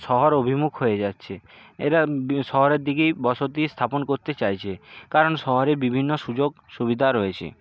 শহর অভিমুখ হয়ে যাচ্ছে এরা শহরের দিকেই বসতি স্থাপন করতে চাইছে কারণ শহরের বিভিন্ন সুযোগ সুবিধা রয়েছে